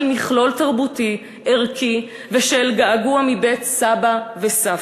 מכלול תרבותי ערכי ושל געגוע מבית סבא וסבתא.